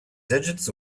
digits